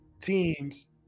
teams